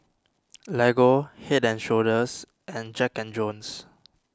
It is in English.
Lego Head and Shoulders and Jack and Jones